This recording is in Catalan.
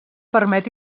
permet